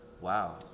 Wow